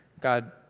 God